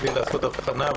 בלי לעשות הבחנה,